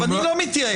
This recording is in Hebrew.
אני לא מתייאש.